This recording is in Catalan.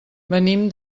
venim